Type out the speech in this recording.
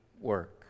work